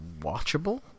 Watchable